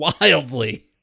Wildly